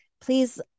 please